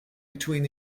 between